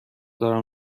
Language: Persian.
دارم